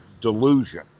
delusion